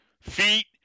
Feet